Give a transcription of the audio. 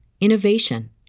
innovation